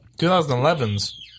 2011's